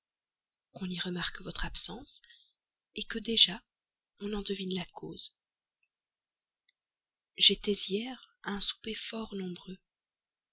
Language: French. qu'on y remarque votre absence que déjà on en devine la cause j'étais hier à un souper fort nombreux